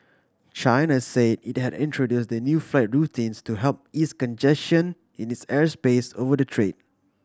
China say it had introduced the new flight routes to help ease congestion in its airspace over the strait